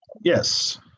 Yes